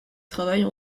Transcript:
travaille